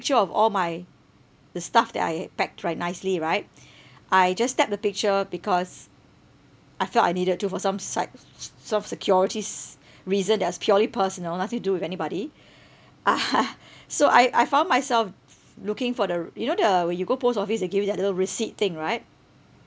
picture of all my the stuff that I packed right nicely right I just snapped the picture because I felt I needed to for some site sort of securities reason that was purely personal nothing to do with anybody ah so I I found myself looking for the you know the when you go post office they give you that little receipt thing right